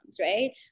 right